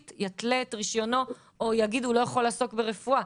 יתלה את רישיונו או יגיד שהוא לא יכול לעסוק ברפואה.